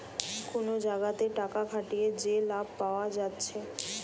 কুনো জাগাতে টাকা খাটিয়ে যে লাভ পায়া যাচ্ছে